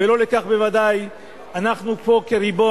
ולא לכך בוודאי אנחנו קיימים